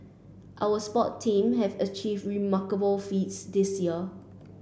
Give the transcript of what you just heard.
our sport team have achieved remarkable feats this year